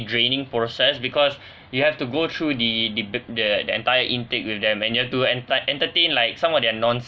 draining process because you have to go through the the the the entire intake with them and you have to entire~ entertain like some of their